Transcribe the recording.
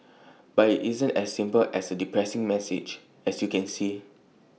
but IT isn't as simple as A depressing message as you can see